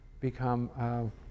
become